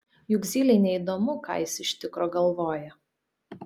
juk zylei neįdomu ką jis iš tikro galvoja